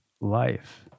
life